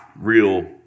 Real